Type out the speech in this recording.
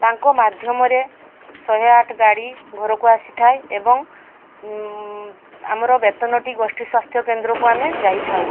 ତାଙ୍କ ମାଧ୍ୟମରେ ଶହେ ଆଠ ଗାଡ଼ି ଘରକୁ ଆସିଥାଏ ଏବଂ ଆମର ବେତନଟି ଗୋଷ୍ଠୀ ସ୍ୱାସ୍ଥ୍ୟକେନ୍ଦ୍ରକୁ ଆମେ ଯାଇଥାଉ